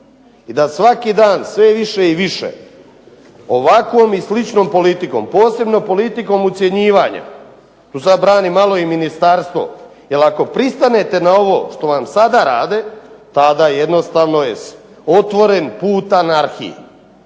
i da svaki dan sve više i više ovakvom i sličnom politikom, posebno politikom ucjenjivanja, tu sad branim malo i ministarstvo, jer ako pristanete na ovo što vam sada rade tada jednostavno je otvoren put anarhiji.